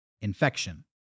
infection